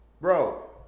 Bro